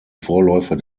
vorläufer